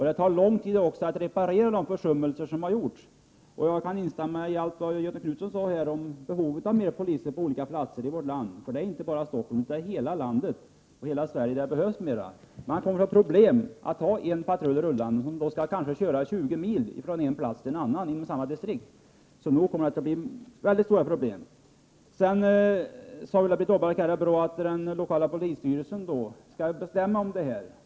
Det tar lång tid att reparera de försummelser som har gjorts. Jag kan instämma i allt som Göthe Knutson sade om behovet av fler poliser på olika platser i vårt land. Det är nämligen inte bara i Stockholm utan i hela landet som det behövs fler poliser. Det innebär problem att ha en patrull som kanske skall köra 20 mil från en plats till en annan inom samma distrikt. Ulla-Britt Åbark sade att det är bra att den lokala polisstyrkan skall bestämma om detta.